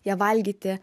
jie valgyti